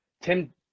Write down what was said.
Tim